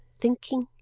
thinking,